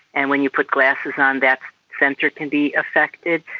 and when you put glasses on, that centre can be affected.